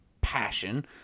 passion